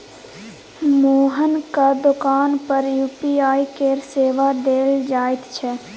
मोहनक दोकान पर यू.पी.आई केर सेवा देल जाइत छै